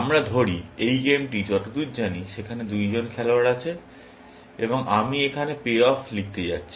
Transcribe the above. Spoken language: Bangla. আমরা ধরি এই গেমটি যতদূর জানি সেখানে দুইজন খেলোয়াড় আছে এবং আমি এখানে পে অফ লিখতে যাচ্ছি